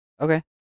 Okay